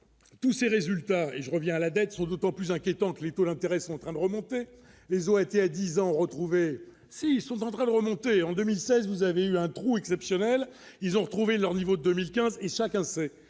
tous ces résultats et je reviens à la dette sont d'autant plus inquiétant que les taux l'intérêt central remonter les OAT à 10 ans retrouvé son Andral remonter en 2016, vous avez eu un trou exceptionnel, ils ont retrouvé leur niveau de 2015 et chacun sait